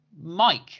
Mike